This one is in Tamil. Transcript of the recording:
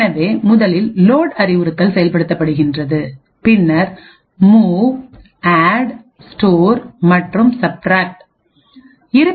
எனவே முதலில் லோட் அறிவுறுத்தல் செயல்படுத்துகிறது பின்னர் மூவ்ஆட்ஸ்டோர் மற்றும் subtract load move add store and the subtract instruction